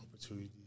opportunities